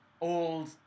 old